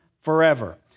forever